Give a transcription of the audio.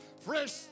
fresh